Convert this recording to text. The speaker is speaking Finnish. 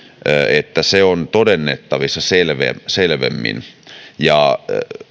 että se on todennettavissa selvemmin selvemmin